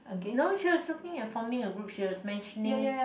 no she was looking at forming a group she was mentioning